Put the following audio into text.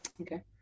Okay